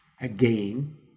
Again